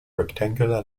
rectangular